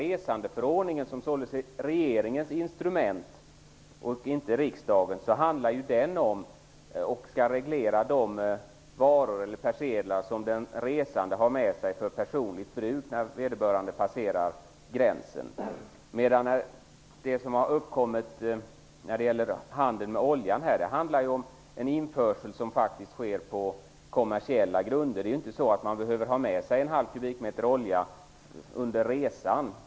Resandeförordningen är regeringens och inte riksdagens instrument. Den skall reglera de varor eller persedlar som den resande har med sig för personligt bruk när vederbörande passerar gränsen. När det gäller olja handlar det om en införsel som faktiskt sker på kommersiella grunder. Det är inte så att man behöver ha med sig en halv kubikmeter olja under resan.